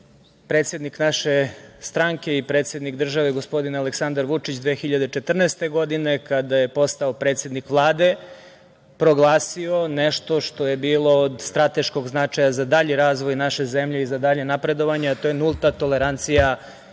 predsednik naše stranke i predsednik države gospodin Aleksandar Vučić 2014. godine, kada je postao predsednik Vlade, proglasio nešto što je bilo od strateškog značaja za dalji razvoj naše zemlji i za dalje napredovanje, a to je nulta tolerancija